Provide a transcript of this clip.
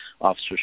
officers